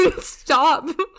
stop